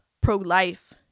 pro-life